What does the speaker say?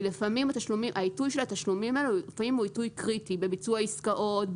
לפעמים עיתוי התשלומים האלה הוא עיתוי קריטי בביצוע עסקאות,